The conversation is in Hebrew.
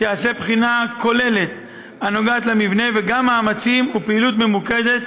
תיעשה בחינה כוללת הנוגעת למבנה וגם ייעשו מאמצים ופעילות ממוקדת